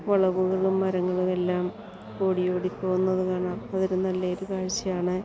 വളവുകളും മരങ്ങളും എല്ലാം ഓടി ഓടി പോകുന്നത് കാണാം അതൊരു നല്ല ഒരു കാഴ്ചയാണ്